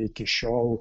iki šiol